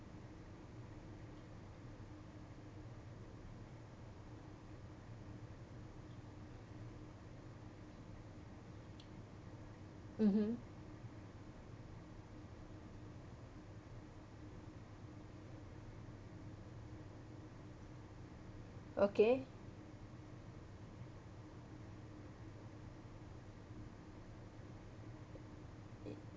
mmhmm okay